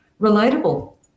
relatable